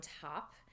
top